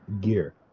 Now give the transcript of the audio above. gear